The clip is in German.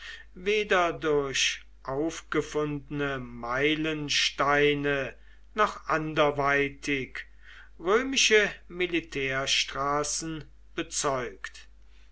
weder durch aufgefundene meilensteine noch anderweitig römische militärstraßen bezeugt